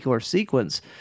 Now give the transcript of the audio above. sequence